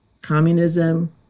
Communism